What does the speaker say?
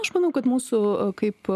aš manau kad mūsų kaip